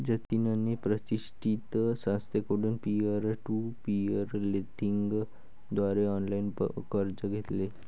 जतिनने प्रतिष्ठित संस्थेकडून पीअर टू पीअर लेंडिंग द्वारे ऑनलाइन कर्ज घेतले